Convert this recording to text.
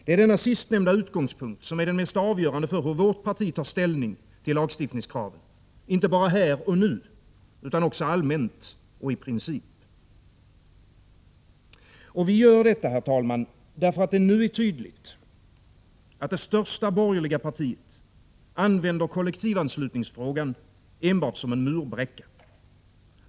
Det är denna sistnämnda utgångspunkt, som är den mest avgörande för hur vårt parti tar ställning till lagstiftningskraven inte bara här och nu, utan också allmänt och i princip. Och vi gör detta, herr talman, därför att det nu är tydligt, att det största borgerliga partiet använder kollektivanslutningsfrågan enbart som en murbräcka.